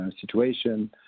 situation